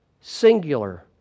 singular